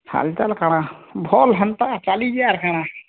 ଖାଲିଟାରେ କାଣା ଭଲ୍ ହେନ୍ତା ଚାଲିଛି ଆର୍ କାଣା